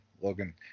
Logan